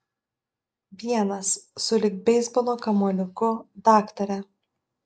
vienas sulig beisbolo kamuoliuku daktare